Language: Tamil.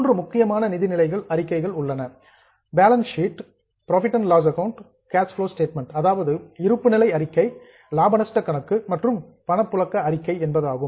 மூன்று முக்கியமான நிதிநிலை அறிக்கைகள் உள்ளன பேலன்ஸ் ஷீட் இருப்புநிலை அறிக்கை புரோஃபிட் அண்ட் லாஸ் ஆக்கவுண்ட் லாப நஷ்ட கணக்கு மற்றும் கேஷ் புளா ஸ்டேட்மெண்ட் பணப்புழக்க அறிக்கை என்பதாகும்